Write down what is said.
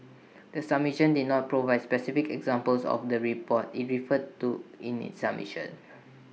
the submission did not provide specific examples of the reports IT referred to in its submission